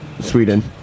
Sweden